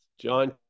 John